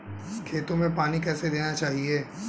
खेतों में पानी कैसे देना चाहिए?